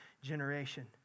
generation